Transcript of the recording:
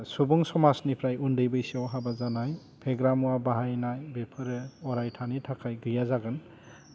सुबुं समाजनिफ्राय उन्दै बैसोआव हाबा जानाय फेग्रा मुवा बाहायनाय बेफोरो अरायथानि थाखाय गैया जागोन